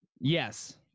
Yes